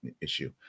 issue